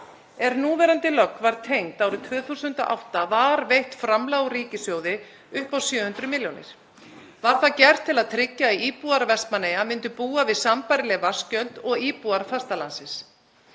Er núverandi lögn var tengd árið 2008 var veitt framlag úr ríkissjóði upp á 700 millj. kr. Var það gert til að tryggja að íbúar Vestmannaeyja myndu búa við sambærileg vatnsgjöld og íbúar fastalandsins.